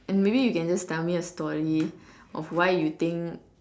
and maybe you can just tell me a story of why you think